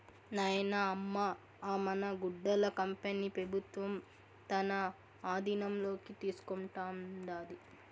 నాయనా, అమ్మ అ మన గుడ్డల కంపెనీ పెబుత్వం తన ఆధీనంలోకి తీసుకుంటాండాది